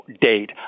date